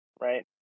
right